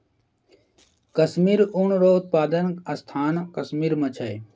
कश्मीरी ऊन रो उप्तादन स्थान कश्मीर मे छै